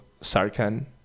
Sarkhan